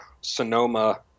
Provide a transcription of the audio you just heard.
Sonoma